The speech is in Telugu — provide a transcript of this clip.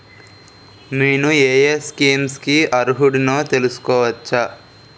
నేను యే యే స్కీమ్స్ కి అర్హుడినో తెలుసుకోవచ్చా?